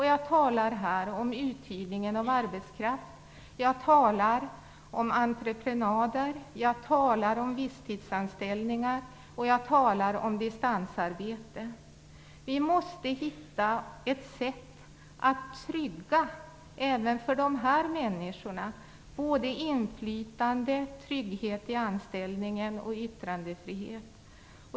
Jag talar här om uthyrning av arbetskraft, jag talar om entreprenader, jag talar om livstidsanställningar, och jag talar om distansarbete. Vi måste hitta ett sätt att ge även de här människor både inflytande, trygghet i anställningen och yttrandefrihet.